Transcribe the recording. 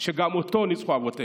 שגם בו ניצחו אבותינו.